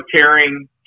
caring